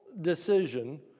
decision